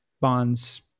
bonds